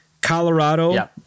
colorado